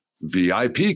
vip